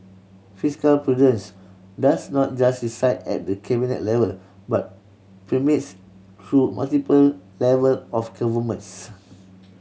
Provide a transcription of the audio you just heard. fiscal prudence does not just reside at the Cabinet level but permeates through multiple level of governments